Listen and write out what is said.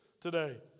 today